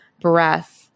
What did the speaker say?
Breath